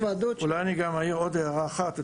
אולי אעיר עוד הערה אחת.